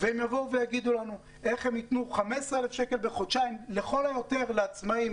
ויסביר איך הם יתנו 15,000 שקלים בחודשיים לכל היותר לעצמאיים.